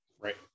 Right